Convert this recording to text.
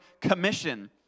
Commission